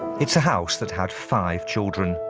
it's a house that had five children.